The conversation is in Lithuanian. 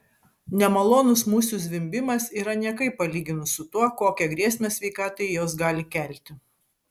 nemalonus musių zvimbimas yra niekai palyginus su tuo kokią grėsmę sveikatai jos gali kelti